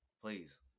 Please